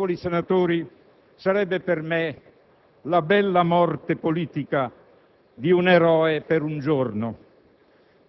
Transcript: L'uscita dal Senato, onorevoli senatori, sarebbe per me la bella morte politica di un eroe per un giorno